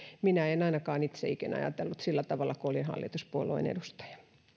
minä en en ainakaan itse ikinä ajatellut sillä tavalla kun olin hallituspuolueen edustaja